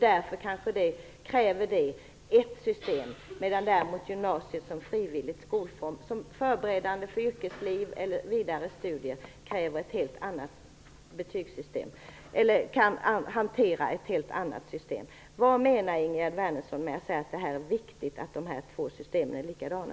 Därför kräver det ett system, medan gymnasiet som frivillig skola som förberedande för yrkesliv eller vidare studier kan hantera ett helt annat betygssystem. Vad menar Ingegerd Wärnersson med att säga att det är viktigt att de två systemen är likadana?